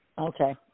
Okay